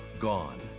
gone